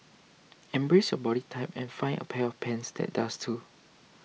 embrace your body type and find a pair of pants that does too